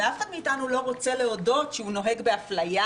ואף אחד מאתנו לא רוצה להודות שהוא נוהג באפליה,